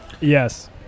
Yes